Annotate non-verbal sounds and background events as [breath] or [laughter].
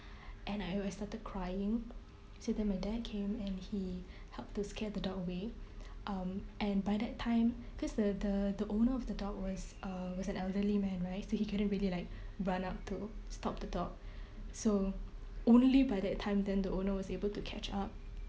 and I wa~ I started crying so then my dad came and he [breath] helped to scared the dog away um and by that time cause the the the owner of the dog was uh was an elderly man right so he couldn't really like run up to stop the dog so only by that time then the owner was able to catch up